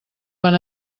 van